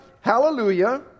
Hallelujah